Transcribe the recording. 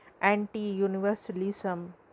anti-universalism